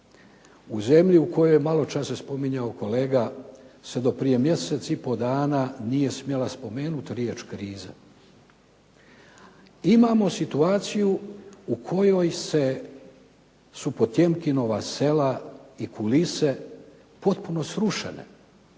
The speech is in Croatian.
u zemlji u kojoj maločas se spominjao kolega, se do prije mjesec i pol dana nije smjela spomenut riječ kriza. Imamo situaciju u kojoj su Potemkinova sela i kulise potpuno srušeni.